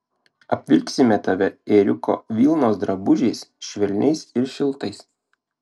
apvilksime tave ėriuko vilnos drabužiais švelniais ir šiltais